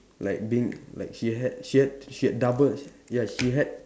like being like she had she had she had double ya she had